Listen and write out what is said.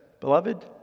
Beloved